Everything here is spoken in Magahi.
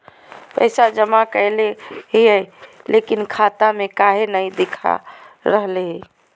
पैसा जमा कैले हिअई, लेकिन खाता में काहे नई देखा रहले हई?